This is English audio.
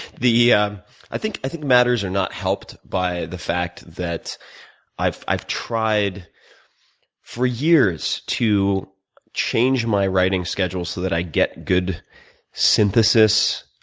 yeah i think i think matters are not helped by the fact that i've i've tried for years to change my writing schedule so that i get good synthesis.